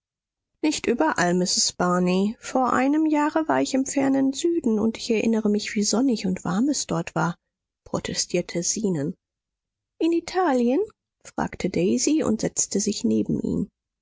nicht überall mrs barney vor einem jahre war ich im fernen süden und ich erinnere mich wie sonnig und warm es dort war protestierte zenon in italien fragte daisy und setzte sich neben ihn